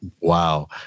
Wow